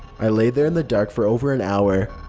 i lay there in the dark for over an hour,